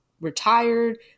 retired